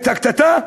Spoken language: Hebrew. את הקטטה,